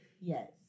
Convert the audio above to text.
Yes